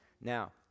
Now